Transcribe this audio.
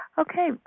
Okay